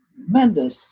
tremendous